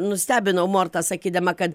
nustebinau mortą sakydama kad